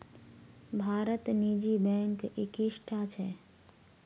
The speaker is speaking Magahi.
भारतत निजी बैंक इक्कीसटा छ